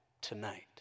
tonight